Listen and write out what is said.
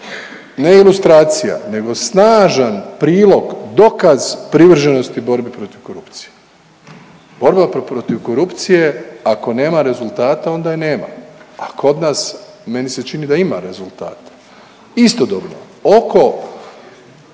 ne ilustracija nego snažan prilog dokaz privrženosti borbi protiv korupcije. Borba protiv korupcije ako nema rezultata onda je nema, a kod nas meni se čini da ima rezultata. Istodobno oko